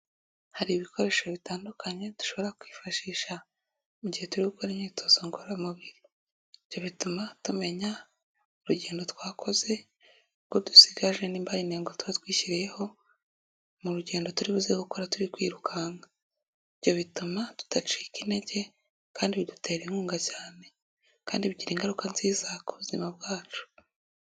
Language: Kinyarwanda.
Hari ibikoresho bitandukanye dushobora kwifashisha mu gihe turi gukora imyitozo ngororamubiri, ibyo bituma tumenya urugendo twakoze, urwo dusigaje niba intego twari twishyiriyeho, mu rugendo turibuze gukora turi kwirukanka, ibyo bituma tudacika intege kandi bidutera inkunga cyane, kandi bigira ingaruka nziza ku buzima bwacu.